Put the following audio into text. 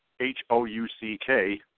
H-O-U-C-K